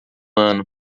ano